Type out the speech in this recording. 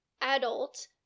adult